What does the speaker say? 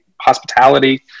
hospitality